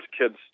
kids